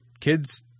kid's